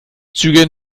züge